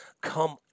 come